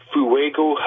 Fuego